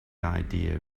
idea